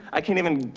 i can't even